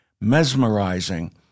mesmerizing